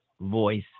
voice